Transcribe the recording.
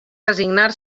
resignar